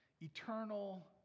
eternal